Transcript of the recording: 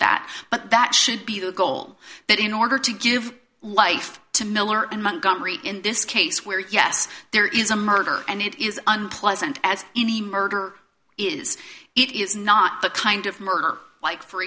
that but that should be the goal that in order to give life to miller and mongomery in this case where yes there is a murder and it is unpleasant as any murder is it is not the kind of murder like for